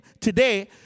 today